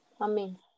Amen